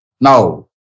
now